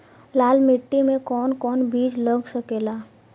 लाल मिट्टी में कौन कौन बीज लग सकेला?